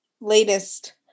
latest